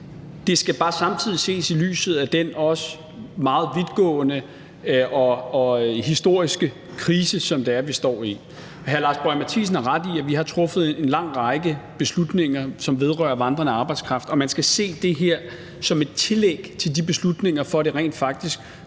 Det skal bare samtidig ses i lyset af den også meget vidtgående og historiske krise, som vi står i. Hr. Lars Boje Mathiesen har ret i, at vi har truffet en lang række beslutninger, som vedrører vandrende arbejdskraft, og man skal se det her som et tillæg til de beslutninger, for at det rent faktisk